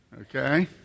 Okay